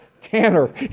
Tanner